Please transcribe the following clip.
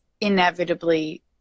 inevitably